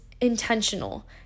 intentional